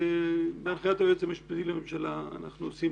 בהחלטת היועץ המשפטי לממשלה אנחנו עושים